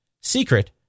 Secret